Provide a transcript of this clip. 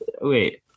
Wait